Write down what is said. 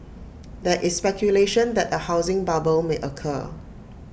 there is speculation that A housing bubble may occur